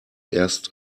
erst